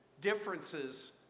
Differences